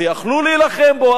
והיו יכולים להילחם בו,